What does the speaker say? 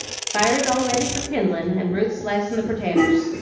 fire's all ready for kindlin', and ruth's slicin' the pertaters.